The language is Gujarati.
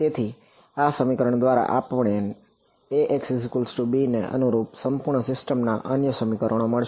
તેથી આ સમીકરણ દ્વારા આપણને Axb ને અનુરૂપ સંપૂર્ણ સિસ્ટમ ના અન્ય સમીકરણો મળશે